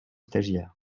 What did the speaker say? stagiaires